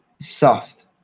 soft